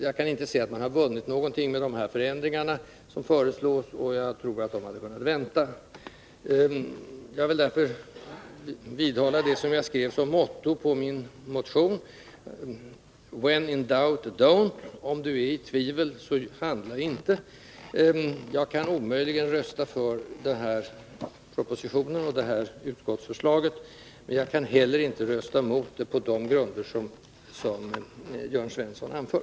Jag kan inte se att vi vinner någonting med de ändringar som föreslås, och jag anser därför att vi hade kunnat vänta med dem. Jag vill vidhålla det motto som jag skrev på min motion, nämligen ”when in doubt, don't”, dvs. om du är i tvivel så handla inte! Jag kan omöjligen rösta för denna proposition och det förslag utskottet framlagt, och jag kan inte heller rösta emot detta förslag på de grunder som Jörn Svensson anför.